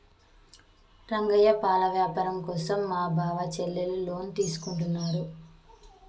రంగయ్య పాల వ్యాపారం కోసం మా బావ చెల్లెలు లోన్ తీసుకుంటున్నారు